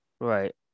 Right